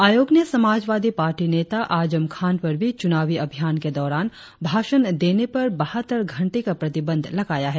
आयोग ने समाजवादी पार्टी नेता आजम खान पर भी चुनावी अभियान के दौरान भाषण देने पर बहत्तर घंटे का प्रतिबंध लगाया है